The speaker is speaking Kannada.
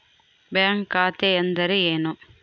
ಬ್ಯಾಂಕ್ ಖಾತೆ ಅಂದರೆ ಏನು?